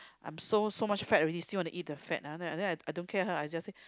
I am so so much fat already still want to eat the fat ah then then I don't care her I just say